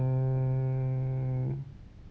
mm